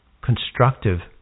constructive